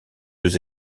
deux